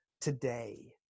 today